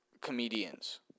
comedians